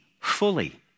fully